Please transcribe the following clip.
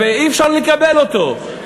ואי-אפשר לקבל אותו.